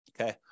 Okay